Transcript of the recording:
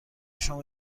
شما